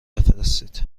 بفرستید